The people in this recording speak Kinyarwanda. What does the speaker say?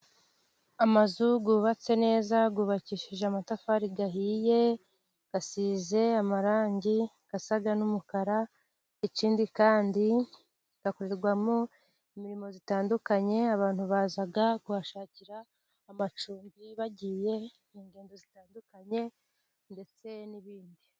Amazu yubatse neza yubakishije amatafari ahiye, asize amarangi asa n'umukara, ikindi kandi akorerwamo imirimo itandukanye, abantu baza kuhashakira amacumbi bagiye mu ngendo zitandukanye ndetse n'ibindi.